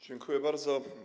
Dziękuję bardzo.